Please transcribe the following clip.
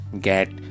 get